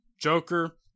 Joker